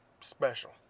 special